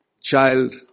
child